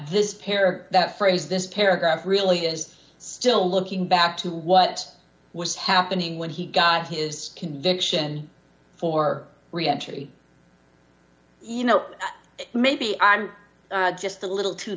is pair that phrase this paragraph really is still looking back to what was happening when he got his conviction for reentry you know maybe i'm just a little too